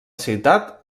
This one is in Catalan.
ciutat